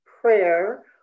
prayer